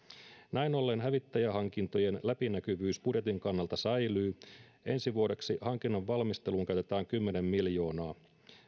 näin ollen hävittäjähankintojen läpinäkyvyys budjetin kannalta säilyy ensi vuodeksi hankinnan valmisteluun käytetään kymmenen miljoonaa